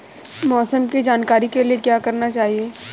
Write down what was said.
मौसम की जानकारी के लिए क्या करना चाहिए?